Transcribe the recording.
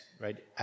right